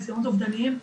ניסיונות אובדניים,